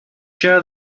share